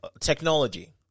technology